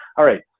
all right,